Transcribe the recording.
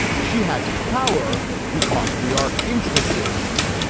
she has power because we are interested in her.